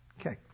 Okay